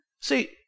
See